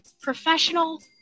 professional